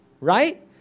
Right